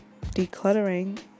decluttering